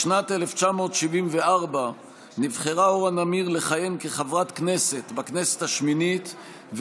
בשנת 1974 נבחרה אורה נמיר לכהן כחברת כנסת בכנסת השמינית,